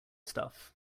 stuff